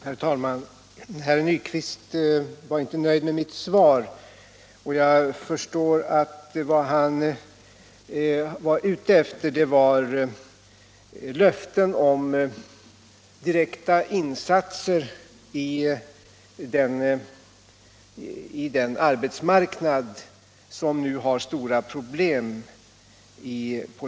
Herr talman! Herr Nyquist var inte nöjd med mitt svar. Jag förstår att vad han var ute efter var löften om direkta arbetsmarknadsinsatser i Domnarvets Jernverk, som nu har stora problem.